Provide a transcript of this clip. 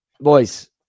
boys